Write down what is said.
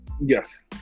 Yes